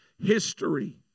History